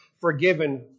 forgiven